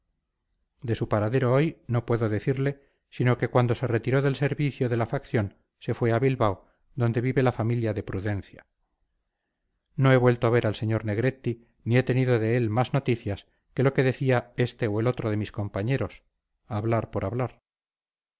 de su paradero hoy no puedo decirle sino que cuando se retiró del servicio de la facción se fue a bilbao donde vive la familia de prudencia no he vuelto a ver al sr negretti ni he tenido de él más noticias que lo que decía este o el otro de mis compañeros hablar por hablar